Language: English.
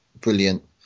brilliant